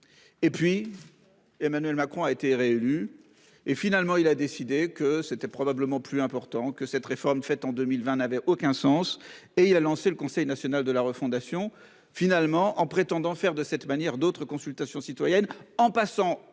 Et puis. Emmanuel Macron a été réélu et finalement il a décidé que c'était probablement plus important que cette réforme faite en 2020 n'avait aucun sens et il a lancé le Conseil national de la refondation finalement en prétendant faire de cette manière d'autres consultations citoyennes en passant